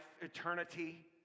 eternity